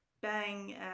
bang